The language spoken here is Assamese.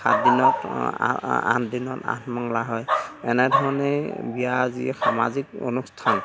সাত দিনত আঠদিনত আঠমঙলা হয় এনেধৰণে বিয়াৰ যি সামাজিক অনুষ্ঠান